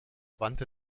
wandte